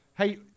Hey